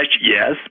Yes